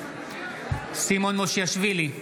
סימון מושיאשוילי,